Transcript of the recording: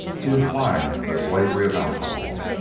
to incline to the slavery of alcohol.